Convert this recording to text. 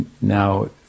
Now